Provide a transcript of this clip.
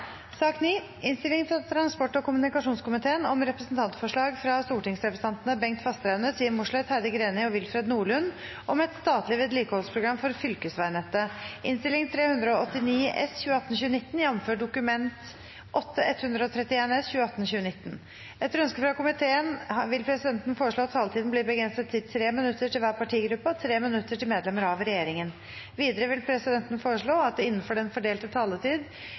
sak nr. 6. Etter ønske fra transport- og kommunikasjonskomiteen vil presidenten foreslå at sakene nr. 7 og 8 behandles under ett. – Det anses vedtatt. Etter ønske fra transport- og kommunikasjonskomiteen vil presidenten foreslå at taletiden blir begrenset til 5 minutter til hver partigruppe og 5 minutter til medlemmer av regjeringen. Videre vil presidenten foreslå at det – innenfor den fordelte taletid